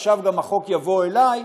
עכשיו גם החוק יבוא אליי,